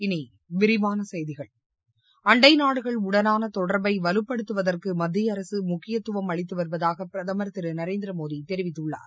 இனி விரிவான செய்திகள் அண்டை நாடுகளுடனான தொடர்பை வலுப்படுத்துவதற்கு மத்திய அரசு முக்கியத்துவம் அளித்து வருவதாக பிரதமர் திரு நரேந்திரமோடி தெரிவித்துள்ளார்